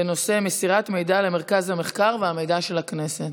בנושא מסירת מידע למרכז המחקר והמידע של הכנסת.